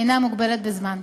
אינה מוגבלת בזמן.